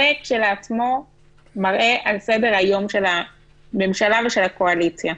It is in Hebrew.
זה כשלעצמו מראה על סדר-היום של הממשלה ושל הקואליציה.